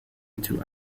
into